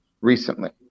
recently